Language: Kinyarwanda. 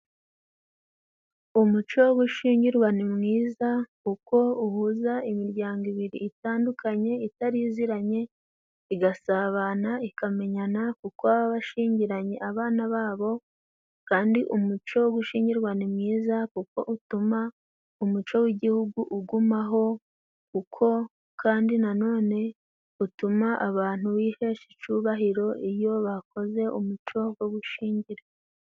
Umuco wo gushyigirwa ni mwiza kuko uhuza imiryango ibiri itandukanye itari iziranye igasabana ikamenyana kuko baba bashyingiranye abana babo kandi umuco w'ugushigirwa ni mwiza kuko utuma umuco w'igihugu ugumaho uko kandi nanone utuma abantu bihesha icyubahiro iyo bakoze umuco wo gushingira.